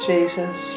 Jesus